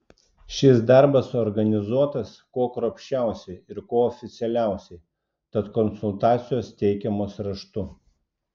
šis darbas organizuotas kuo kruopščiausiai ir kuo oficialiausiai tad konsultacijos teikiamos raštu